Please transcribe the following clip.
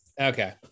Okay